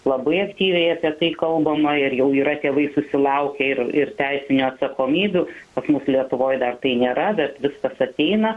labai aktyviai apie tai kalbama ir jau yra tėvai susilaukę ir ir teisinių atsakomybių pas mus lietuvoj dar tai nėra bet viskas ateina